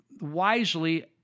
wisely